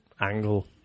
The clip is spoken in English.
angle